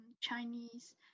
Chinese